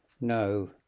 No